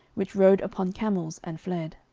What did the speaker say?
which rode upon camels, and fled